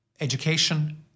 education